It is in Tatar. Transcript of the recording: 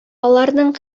аларның